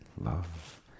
Love